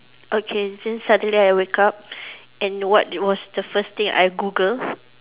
okay then suddenly I wake up and what was the first thing I Google